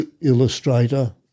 illustrator